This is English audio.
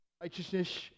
righteousness